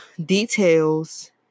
details